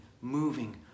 moving